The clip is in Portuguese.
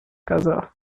casar